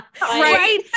right